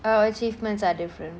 our achievements are different